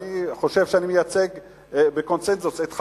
ואני חושב שאני מייצג בקונסנזוס את חברי,